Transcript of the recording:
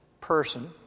person